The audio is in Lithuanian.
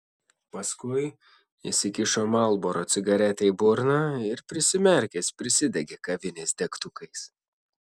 paskui įsikišo marlboro cigaretę į burną ir prisimerkęs prisidegė kavinės degtukais